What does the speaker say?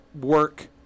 work